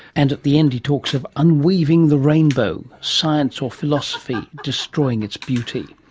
and at the end he talks of unweaving the rainbow, science or philosophy destroying its beauty.